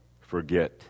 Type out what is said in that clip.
forget